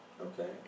Okay